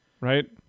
Right